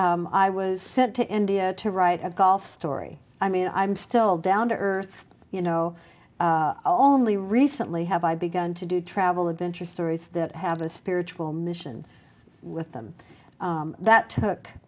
now i was sent to india to write a golf story i mean i'm still down to earth you know all the recently have i begun to do travel adventure stories that have a spiritual mission with them that took